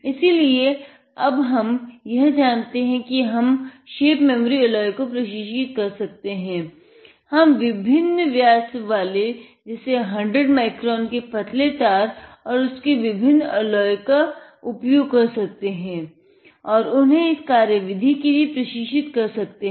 इसीलिए अब हम यह जानते हैं कि हम शेप मेमोरी एलॉय को प्रशिक्षित कर सकते हैं हम विभिन्न व्यासों वाले जैसे 100 माइक्रोन के पतले तार तथा उनके विभिन्न एलॉय का उपयोग कर सकते हैं और उन्हें इस कार्यविधि के लिए प्रशिक्षित कर सकते हैं